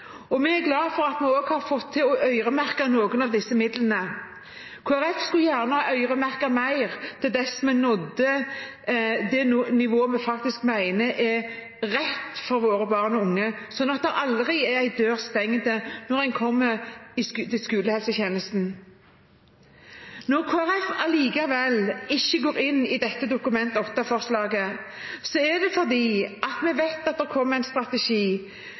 og vi er glad for at vi også har fått til å øremerke noen av disse midlene. Kristelig Folkeparti skulle gjerne ha øremerket mer, til vi nådde det nivået vi faktisk mener er rett for våre barn og unge, sånn at det aldri er en stengt dør når en kommer til skolehelsetjenesten. Når Kristelig Folkeparti allikevel ikke støtter dette Dokument 8-forslaget, er det fordi vi vet at det kommer en strategi.